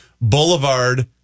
Boulevard